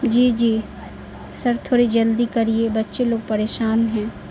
جی جی سر تھوڑی جلدی کریے بچے لوگ پریشان ہیں